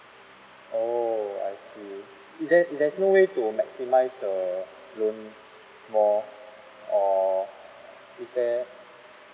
oh I see is there there's no way to maximize the loan more or is there